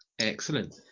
Excellent